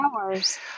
hours